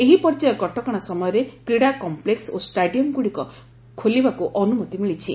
ଏହି ପର୍ଯ୍ୟାୟ କଟକଣା ସମୟରେ କ୍ରୀଡ଼ା କଂପ୍ଲେକ୍ସ ଓ ଷ୍ଟାଡିୟମ୍ଗୁଡ଼ିକ ଖୋଲିବାକୁ ଅନୁମତି ମିଳିଛି